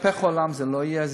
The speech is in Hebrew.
יתהפך העולם, זה לא יהיה.